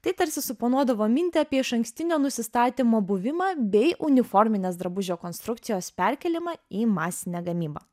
tai tarsi suponuodavo mintį apie išankstinio nusistatymo buvimą bei uniforminės drabužio konstrukcijos perkėlimą į masinę gamybą